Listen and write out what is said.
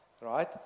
right